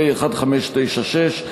פ/1596,